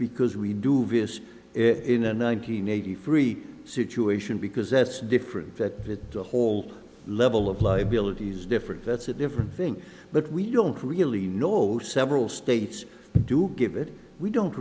because we do vs if in a nine hundred eighty three situation because that's different that the whole level of liabilities different that's a different thing but we don't really know several states do give it we don't